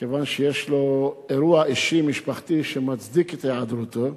כיוון שיש לו אירוע אישי משפחתי שמצדיק את היעדרותו.